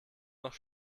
noch